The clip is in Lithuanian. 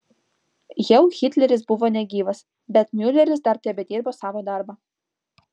jau hitleris buvo negyvas bet miuleris dar tebedirbo savo darbą